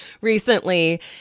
recently